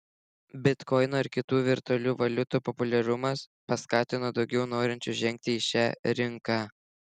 bitkoino ir kitų virtualių valiutų populiarumas paskatino daugiau norinčių žengti į šią rinką